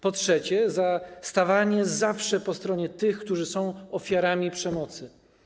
Po trzecie, stawanie zawsze po stronie tych, którzy są ofiarami przemocy.